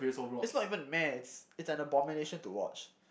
that's not even !meh! it's an abomination to watch